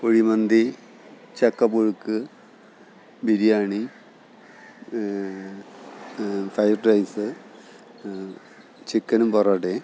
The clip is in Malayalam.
കുഴിമന്തി ചക്കപ്പുഴുക്ക് ബിരിയാണി ഫ്രൈഡ് റൈസ് ചിക്കനും പൊറോട്ടയും